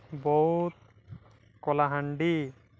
Boudh Kalahandi